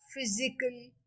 physical